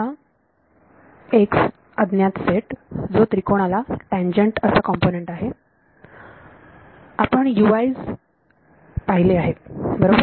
आता x हा माझा अज्ञात सेट जो त्रिकोणाला टँजंट असा कॉम्पोनंट आहे आपण 's पाहिले आहेत बरोबर